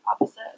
opposite